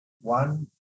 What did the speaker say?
One